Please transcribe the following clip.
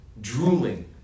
drooling